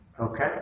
Okay